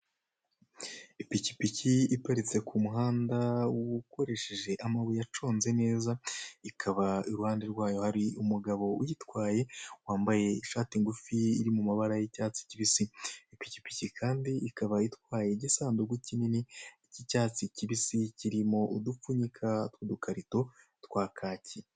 Ipikipiki iparitse ku muhanda ukoresheje amabuye aconze neza, ikaba iruhande rwayo hari umugabo uyitwaye, wambaye ishati ngufi, iri mu mbara y'icyatsi kibisi. Ipikipiki kandi ikaba itwaye igisandugu kinini cy'icyatsi kibisi, kirimo udupfunyika tw'udukarito kwa kaki.